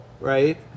right